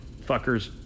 Fuckers